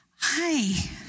Hi